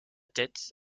tête